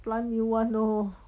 plant new one lor